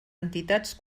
entitats